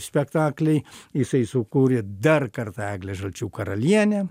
spektakliai jisai sukūrė dar kartą eglę žalčių karalienę